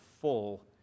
full